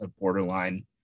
borderline